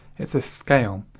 it's a scale.